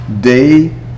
day